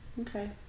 Okay